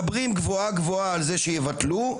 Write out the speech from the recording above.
מדברים גבוהה גבוהה על זה שיבטלו,